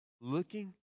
looking